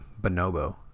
Bonobo